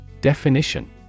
Definition